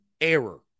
error